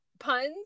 puns